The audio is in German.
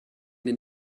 den